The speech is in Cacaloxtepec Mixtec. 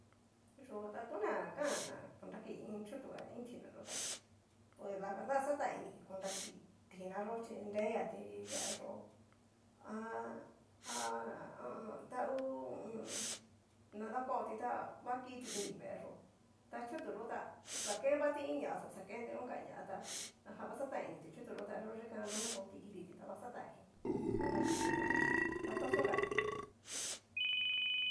Yuta tona kanna na konraki iin chutu a iin tina yo tá pues la verdad xatangaini konraki tinayó chi nreti veeyó a a ho o on, ta u hu u un. na dakuaoti ta va kiti ini veeyó, ta chutu yo ta xakenvati iinñaxo xakenti inka ña ta najan va xataini ti'chutu ni yo dikan danrokoti iditi ta va xatan ini konraki chutu yó chí latoso nga tí.